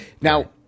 Now